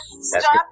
Stop